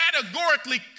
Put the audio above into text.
categorically